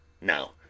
Now